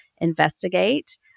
investigate